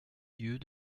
lieues